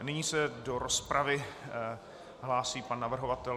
Nyní se do rozpravy hlásí pan navrhovatel.